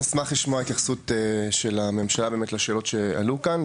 נשמח לשמוע התייחסות של הממשלה לשאלות שעלו כאן.